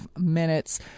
minutes